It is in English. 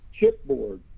chipboard